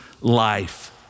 life